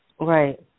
Right